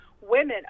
women